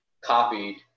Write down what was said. copied